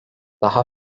daha